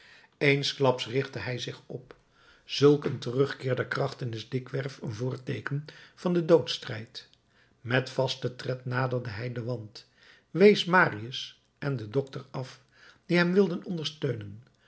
eensklaps richtte hij zich op zulk een terugkeer der krachten is dikwerf een voorteeken van den doodsstrijd met vasten tred naderde hij den wand wees marius en den dokter af die hem wilden ondersteunen